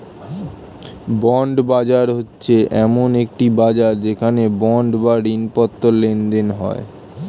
bond বাজার হচ্ছে এমন একটি বাজার যেখানে বন্ড বা ঋণপত্র লেনদেন হয়